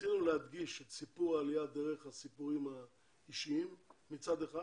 רצינו להדגיש את סיפור העלייה דרך הסיפורים האישיים מצד אחד